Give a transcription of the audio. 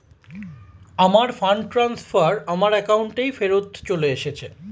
আমার fund transfer আমার অ্যাকাউন্টেই ফেরত চলে এসেছে